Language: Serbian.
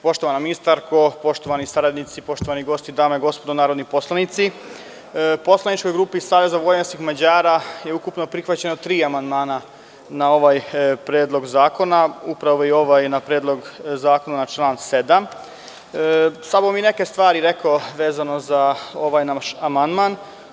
Poštovana ministarko, poštovani saradnici, poštovani gosti, dame i gospodo narodni poslanici, poslaničkoj grupi SVM je ukupno prihvaćeno tri amandmana na ovaj Predlog zakona, upravo i ovaj na Predlog zakona na član 7. Samo bih neke stvari rekao vezano za ovaj naš amandman.